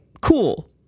cool